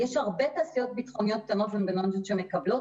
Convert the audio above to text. יש הרבה תעשיות ביטחוניות קטנות ובינוניות שמקבלות,